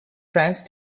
france